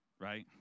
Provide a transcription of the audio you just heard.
right